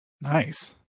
Nice